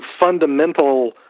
fundamental